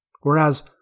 whereas